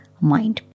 mind